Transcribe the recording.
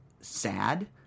sad